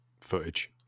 footage